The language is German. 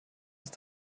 ist